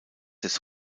des